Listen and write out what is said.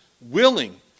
willing